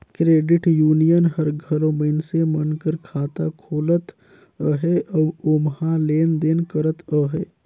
credit union हर घलो मइनसे मन कर खाता खोलत अहे अउ ओम्हां लेन देन करत अहे